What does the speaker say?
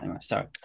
Sorry